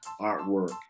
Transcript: artwork